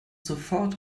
sofort